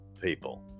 people